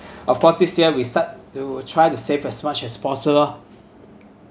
of course this year we set to try to save as much as possible